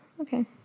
Okay